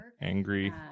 angry